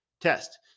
test